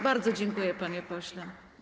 Bardzo dziękuję, panie pośle.